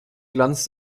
glanz